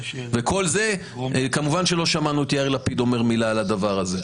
וכל זה - כמובן שלא שמענו את יאיר לפיד אומר מילה על הדבר הזה.